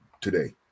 today